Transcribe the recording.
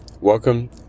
welcome